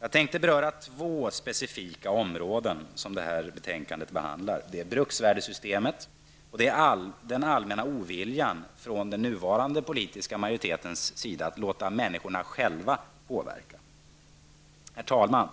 Jag tänker beröra två specifika områden som detta betänkande behandlar, bruksvärdessystemet och den allmänna oviljan hos den nuvarande politiska majoriteten att låta människorna påverka själva. Herr talman!